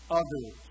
others